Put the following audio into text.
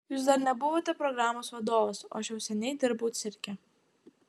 jūs dar nebuvote programos vadovas o aš jau seniai dirbau cirke